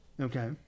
Okay